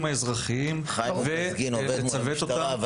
האזרחיים --- חיים אוטמזגין עובד מול המשטרה,